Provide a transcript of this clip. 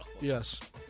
Yes